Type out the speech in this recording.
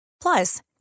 Plus